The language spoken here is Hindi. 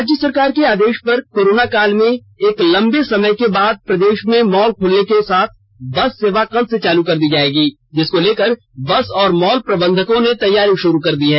राज्य सरकार के आदेश पर कोरोनकाल में एक लंबे समय के बाद प्रदेश में मॉल खुलने के साथ बस सेवा कल से चालू कर दी जाएगी जिसको लेकर बस और मॉल प्रबंधकों ने तैयारी शुरू कर दी है